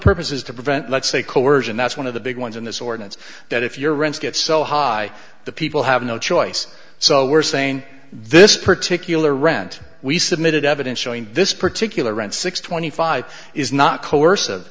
purpose is to prevent let's say coersion that's one of the big ones in this ordinance that if your rents get so high the people have no choice so we're saying this particular rent we submitted evidence showing this particular rent six twenty five is not co